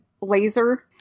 laser